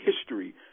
history